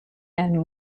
and